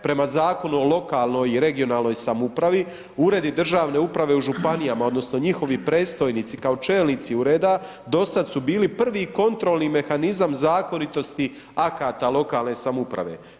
Prema Zakonu o lokalnoj i regionalnoj samoupravi uredi državne uprave u županijama, odnosno njihovi predstojnici kao čelnici ureda do sada su bili prvi kontrolni mehanizam zakonitosti akata lokalne samouprave.